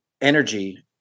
energy